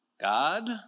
God